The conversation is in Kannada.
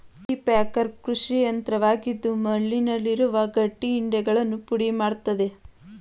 ಕಲ್ಟಿಪ್ಯಾಕರ್ ಕೃಷಿಯಂತ್ರವಾಗಿದ್ದು ಮಣ್ಣುನಲ್ಲಿರುವ ಗಟ್ಟಿ ಇಂಟೆಗಳನ್ನು ಪುಡಿ ಮಾಡತ್ತದೆ